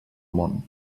món